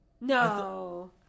No